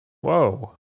Whoa